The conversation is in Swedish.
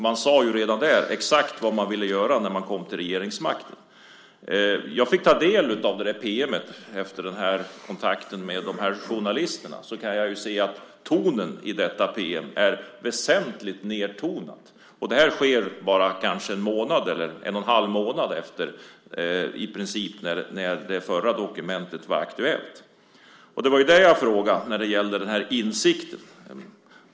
Man sade redan där exakt vad man ville göra när man kom till regeringsmakten. Jag fick ta del av det pm som nämns efter kontakt med journalisterna. Jag kan säga att detta pm är väsentligt nedtonat. Det sker kanske bara en och en halv månad från det att det förra dokumentet var aktuellt. Det var det jag frågade om när det gäller insikten.